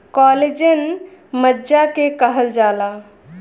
collagen मज्जा के कहल जाला